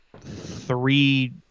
three